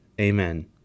Amen